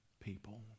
people